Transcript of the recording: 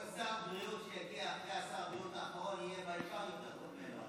כל שר בריאות שיגיע אחרי שר הבריאות האחרון יהיה by far יותר טוב ממנו.